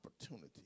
opportunity